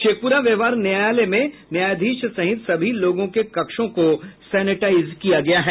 शेखपुरा व्यवहार न्यायालय में न्यायाधीश सहित सभी लोगों के कक्षों को सेनेटाइज किया गया है